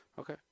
Okay